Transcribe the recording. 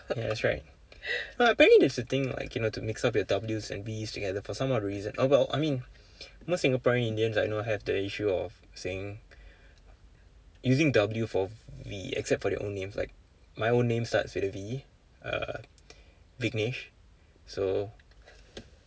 ya that's right but apparently there's a thing like you know to mix up your W's and V's together for some odd reason oh well I mean most singaporean indians I know have the issue of saying using W for V except for their own names like my own name starts with a V uh vignesh so